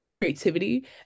creativity